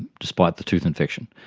despite the tooth infection.